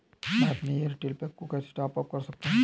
मैं अपने Airtel pack को कैसे टॉप अप कर सकता हूँ?